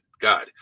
God